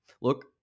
look